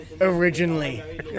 Originally